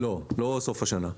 לא סוף השנה.